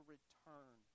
return